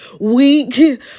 weak